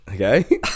okay